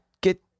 get